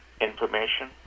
information